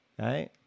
Right